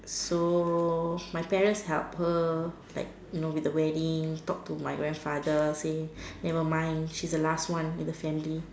so my parent help her like you know with the wedding talk to my grandfather say never mind she's the last one in the family